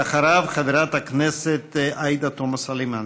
ואחריו, חברת הכנסת עאידה תומא סלימאן.